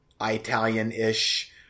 Italian-ish